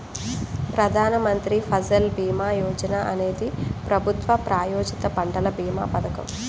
ప్రధాన్ మంత్రి ఫసల్ భీమా యోజన అనేది ప్రభుత్వ ప్రాయోజిత పంటల భీమా పథకం